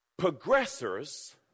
progressors